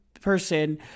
person